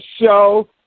show